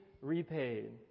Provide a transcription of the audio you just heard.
repaid